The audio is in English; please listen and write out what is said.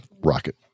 rocket